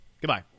Goodbye